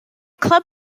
club